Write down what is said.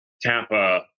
Tampa